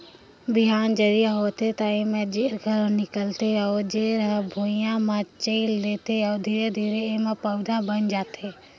बिहान जरिया होथे त एमा जेर घलो निकलथे अउ ओ जेर हर भुइंया म चयेल देथे अउ धीरे धीरे एहा प पउधा बन जाथे